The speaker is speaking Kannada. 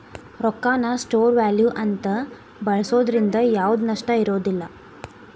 ರೊಕ್ಕಾನ ಸ್ಟೋರ್ ವ್ಯಾಲ್ಯೂ ಅಂತ ಬಳ್ಸೋದ್ರಿಂದ ಯಾವ್ದ್ ನಷ್ಟ ಇರೋದಿಲ್ಲ